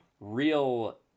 real